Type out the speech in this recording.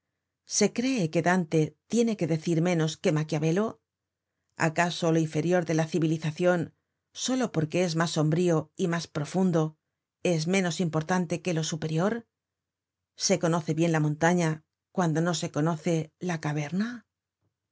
se cree que dante tiene que decir menos que maquiavelo acaso lo inferior de la civilizacion solo porque es mas sombrío y mas profundo espínenos importante que lo superior se conoce bien la montaña cuando no se conoce la caverna